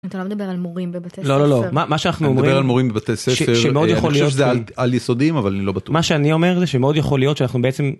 אתה לא מדבר על מורים בבתי ספר. לא, לא, לא, מה שאנחנו אומרים... אני מדבר על מורים בבתי ספר. שמאוד יכול להיות... אני חושב שזה על-יסודיים, אבל אני לא בטוח. מה שאני אומר זה שמאוד יכול להיות שאנחנו בעצם...